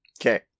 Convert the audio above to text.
Okay